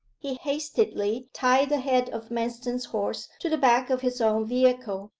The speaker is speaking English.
he hastily tied the head of manston's horse to the back of his own vehicle,